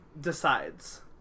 decides